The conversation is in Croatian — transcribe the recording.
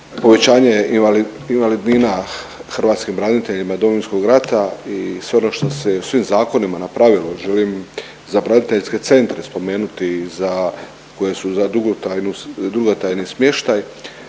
povećanje invalidnina hrvatskim braniteljima Domovinskog rata i sve ono što se svim zakonima napravilo. Želim za braniteljske centre spomenuti za koje su za dugotrajnu, dugotrajni